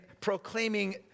proclaiming